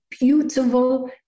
beautiful